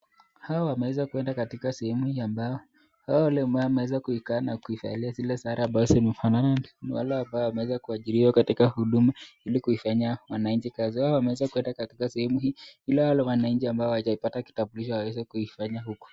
Hawa wameweza kuenda katika sehemu hii ambao, hawa ambao wameweza kuikaa na kuivalia zile sare ambazo zimefanana, ni wale ambao wameweza kuajiriwa katika huduma ili kuifanyia wananchi kazi. Hao wameweza kuenda katika sehemu hii, ili wale wananchi ambao hawajapata kitambulisho waweze kuifanya huko.